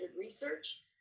research